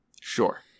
sure